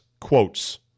quotes